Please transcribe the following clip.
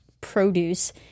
produce